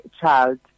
child